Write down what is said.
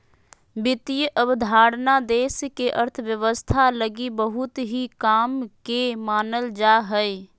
वित्त अवधारणा देश के अर्थव्यवस्था लगी बहुत ही काम के मानल जा हय